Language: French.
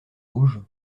rouge